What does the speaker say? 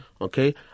Okay